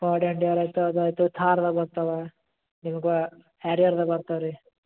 Ford Endeavour ಆಯಿತು ಅದಾಯಿತು ಥಾರ್ದ ಬರ್ತವೆ ನಿಮ್ಗೆ ಹ್ಯಾರಿಯರ್ದು ಬರ್ತವೆ ರೀ